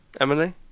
Emily